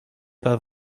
pas